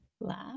Lab